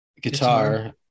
Guitar